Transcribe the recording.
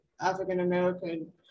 African-American